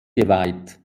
geweiht